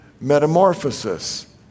metamorphosis